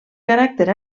caràcter